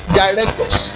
directors